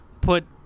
put